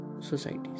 societies